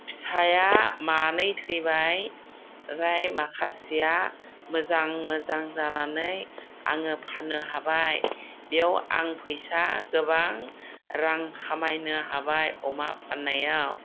फिसाया मानै थैबाय ओमफ्राय माखासेया मोजां मोजां जानानै आङो फाननो हाबाय बेयाव आं फैसा गोबां रां खामायनो हाबाय अमा फाननायाव